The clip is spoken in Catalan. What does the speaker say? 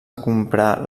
comprar